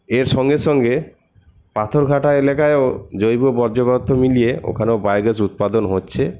এর সঙ্গে সঙ্গে পাথরঘাটা এলাকায়ও জৈব বর্জ্য পদার্থ মিলিয়ে ওখানেও বায়োগ্যাস উৎপাদন হচ্ছে